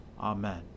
Amen